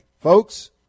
Folks